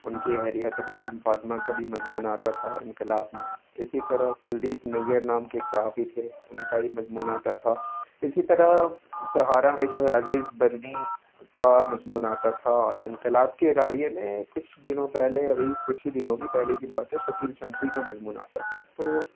ان کی اہلیہ تبسم فاطمہ کا بھی مضمون آتا تھا انقلاب میں اسی طرح کلدیپ نیر نام کے ایک صحافی تھے ان کا ہی مضمون آتا تھا اسی طرح سہارا میں جو ہے عزیز برنی کا مضمون آتا تھا اور انقلاب کے اداریے میں کچھ دنوں پہلے ابھی کچھ ہی دنوں کی پہلے کی بات ہے شکیل شمشی کا مضمون آتا تھا تو